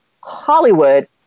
Hollywood